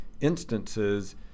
instances